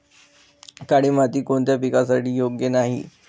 काळी माती कोणत्या पिकासाठी योग्य नाही?